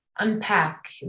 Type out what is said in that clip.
unpack